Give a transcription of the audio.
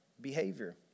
behavior